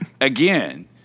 Again